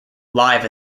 live